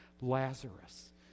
Lazarus